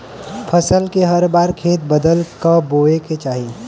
फसल के हर बार खेत बदल क बोये के चाही